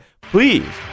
please